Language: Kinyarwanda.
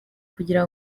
kugira